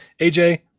AJ